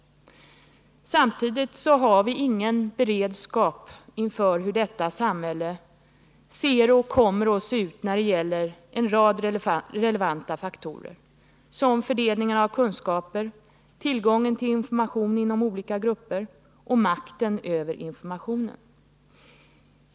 Samtidigt har vi ingen beredskap inför hur detta samhälle ser ut och kommer att se ut när det gäller en rad relevanta faktorer såsom fördelningen av kunskaper, tillgången till information inom olika grupper, makten över informationen.